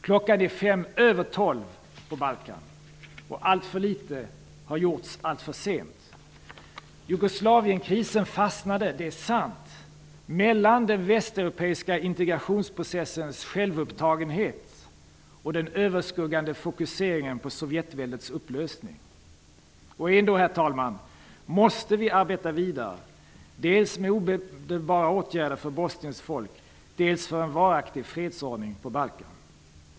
Klockan är fem över tolv på Balkan, och alltför litet har gjorts alltför sent. Jugoslavienkrisen fastnade, det är sant, mellan den västeuropeiska integrationsprocessens självupptagenhet och den överskuggande fokuseringen på Sovjetväldets upplösning. Ändå, herr talman, måste vi arbeta vidare, dels med omedelbara åtgärder för Bosniens folk, dels för en varaktig fredsordning på Balkan.